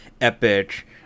epic